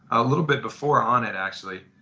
a little bit before onnit actually,